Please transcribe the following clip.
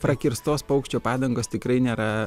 prakirstos paukščio padangos tikrai nėra